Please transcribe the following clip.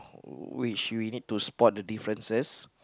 which we need to spot the differences